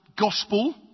gospel